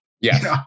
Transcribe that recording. Yes